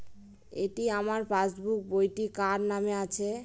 এটি আমার পাসবুক বইটি কার নামে আছে?